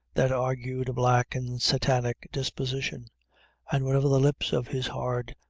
that argued a black and satanic disposition and whenever the lips of his hard,